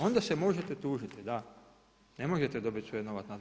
Onda se možete tužiti da, ne možete dobiti svoj novac nazad.